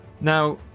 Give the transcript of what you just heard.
Now